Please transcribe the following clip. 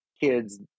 kids